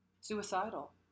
suicidal